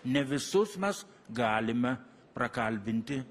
ne visus mes galime prakalbinti